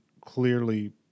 clearly